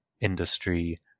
industry